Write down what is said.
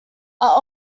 are